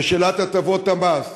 ושאלת הטבות המס,